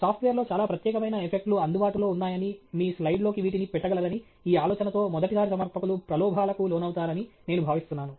సాఫ్ట్వేర్లో చాలా ప్రత్యేకమైన ఎఫెక్ట్లు అందుబాటులో ఉన్నాయని మీ స్లైడ్లోకి వీటిని పెట్టగలరని ఈ ఆలోచనతో మొదటిసారి సమర్పకులు ప్రలోభాలకు లోనవుతారని నేను భావిస్తున్నాను